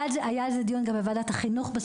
היה על זה דיון גם בוועדת החינוך בסוגיה הזאת.